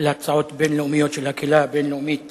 להצעות בין-לאומיות של הקהילה הבין-לאומית